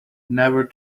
never